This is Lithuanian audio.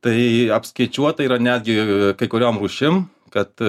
tai apskaičiuota yra netgi kai kuriom rūšim kad